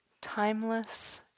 timeless